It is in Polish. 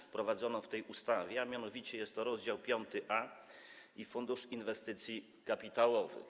Wprowadzono w tej ustawie, mianowicie jest to rozdział 5a, Fundusz Inwestycji Kapitałowych.